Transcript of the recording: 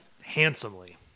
handsomely